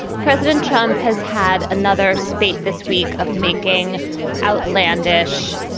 president trump has had another spate this week of making outlandish,